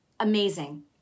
amazing